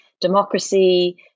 democracy